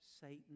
Satan